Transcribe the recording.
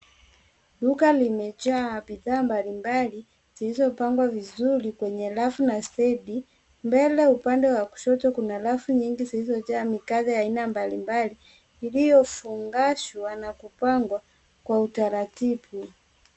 Duka limejaa bidhaa mbali mbali zilizopangwa vizuri kwenye rafu na stendi. Mbele upande wa kushoto kuna rafu nyingi zilizojaa mikate aina mbali mbali iliofungashwa na kupangwa kwa utaratibu.